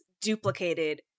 duplicated